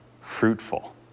fruitful